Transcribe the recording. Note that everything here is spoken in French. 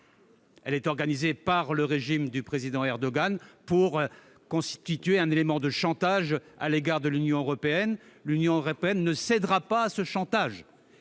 est organisée par le régime du président Erdogan et constitue un élément de chantage à l'égard de l'Union européenne. Je vous le dis, l'Union européenne ne cédera pas à ce chantage